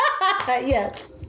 yes